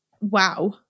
wow